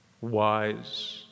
wise